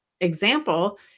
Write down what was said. example